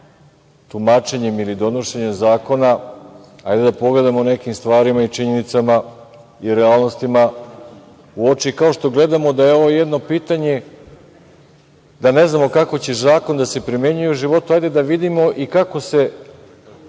tumačenjem ili donošenjem zakona, hajde da pogledamo o nekim stvarima, činjenicama i realnostima u oči, kao što gledamo da je ovo jedno pitanje, da ne znamo kako će zakon da se primenjuje u životu, hajde da vidimo i kako se